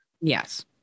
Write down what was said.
Yes